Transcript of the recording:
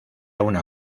una